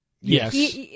Yes